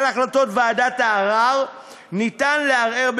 על החלטות ועדת הערר אפשר לערער,